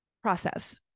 Process